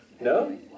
No